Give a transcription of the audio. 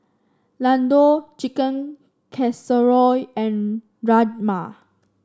Ladoo Chicken Casserole and Rajma